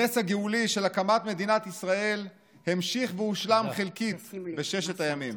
הנס הגאולי של הקמת מדינת ישראל המשיך והושלם חלקית בששת הימים.